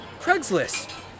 Craigslist